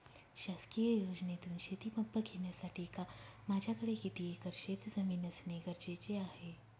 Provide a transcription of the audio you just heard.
शासकीय योजनेतून शेतीपंप घेण्यासाठी माझ्याकडे किती एकर शेतजमीन असणे गरजेचे आहे?